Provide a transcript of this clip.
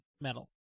metal